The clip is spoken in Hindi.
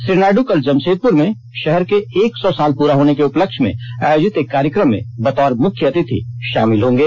श्री नायड् कल जमशेदपुर में शहर के एक सौ साल पूरे होने के उपलक्ष्य पर एक कार्यक्रम में बतौर मुख्य अतिथि भागे लेंगे